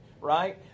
right